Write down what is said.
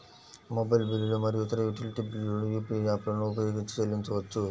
mobile బిల్లులు మరియు ఇతర యుటిలిటీ బిల్లులను యూ.పీ.ఐ యాప్లను ఉపయోగించి చెల్లించవచ్చు